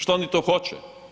Šta oni to hoće?